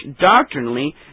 doctrinally